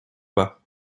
bas